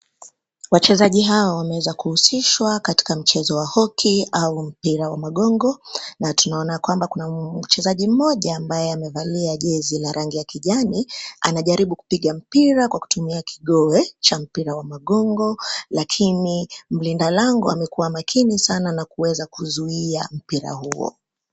Wachezaji hao wameweza kuhusishwa katika mchezo wa hockey au mpira wa magongo, na tunaona kwamba kuna mchezaji mmoja ambaye amevalia jezi la rangi ya kijani, anajaribu kupiga mpira kwa kutumia kigowe cha mpira wa magongo, lakini mlinda lango amekuwa makini sana na kuweza kuzuia mpira huo.